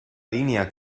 línea